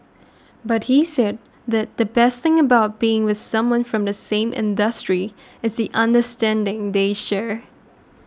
but he said that the best thing about being with someone from the same industry is the understanding they share